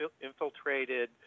infiltrated